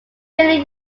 really